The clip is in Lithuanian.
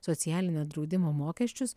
socialinio draudimo mokesčius